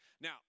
now